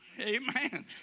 amen